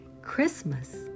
Christmas